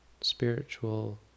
spiritual